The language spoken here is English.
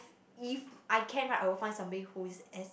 if I can lah I will find somebody who is as